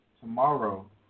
tomorrow